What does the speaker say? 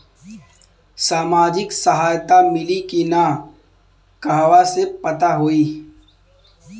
सामाजिक सहायता मिली कि ना कहवा से पता होयी?